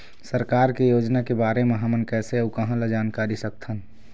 सरकार के योजना के बारे म हमन कैसे अऊ कहां ल जानकारी सकथन?